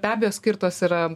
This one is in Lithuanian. be abejo skirtos yra